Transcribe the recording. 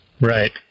Right